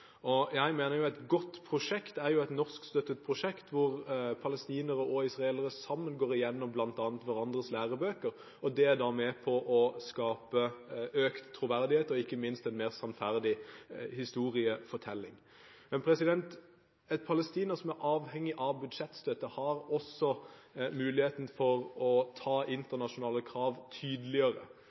Jeg mener jo et godt prosjekt er et norskstøttet prosjekt hvor palestinere og israelere sammen går igjennom bl.a. hverandres lærebøker. Det er da med på å skape økt troverdighet og ikke minst en mer sannferdig historiefortelling. Et Palestina, som er avhengig av budsjettstøtte, har også muligheten for å ta internasjonale krav